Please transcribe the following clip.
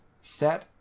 set